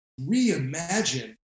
reimagine